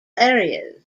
areas